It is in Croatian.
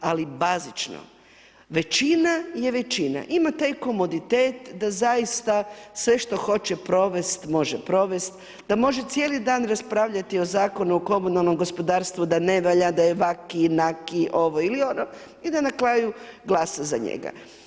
Ali, bazično, većina je većina, ima taj komoditet, da zaista sve što hoće provesti, može provesti, da može cijeli dan raspravljati o Zakonu o komunalnom gospodarstvu, da ne valja, da je ovakvi, onakvi ovo ili ono, i da na kraju glasa za njega.